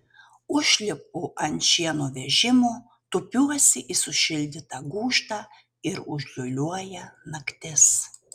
užlipu ant šieno vežimo tupiuosi į sušildytą gūžtą ir užliūliuoja naktis